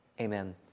Amen